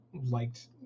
Liked